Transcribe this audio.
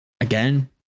Again